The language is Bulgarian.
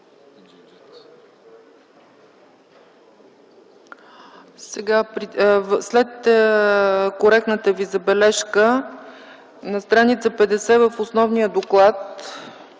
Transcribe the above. След коректната Ви забележка, на стр. 50 в основния доклад